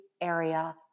area